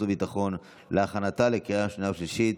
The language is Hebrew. והביטחון להכנתה לקריאה שנייה ושלישית.